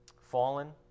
fallen